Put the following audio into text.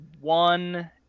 one